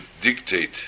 dictate